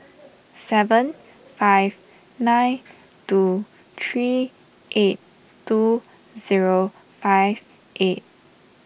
seven five nine two three eight two zero five eight